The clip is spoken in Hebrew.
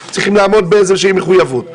צריכים לעמוד באיזו שהיא מחויבות.